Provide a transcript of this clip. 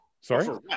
Sorry